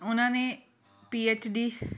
ਉਹਨਾਂ ਨੇ P H D